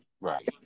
right